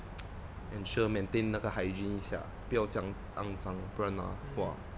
ensure maintain 那个 hygiene 一下不要这样肮脏不然啊哇